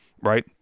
right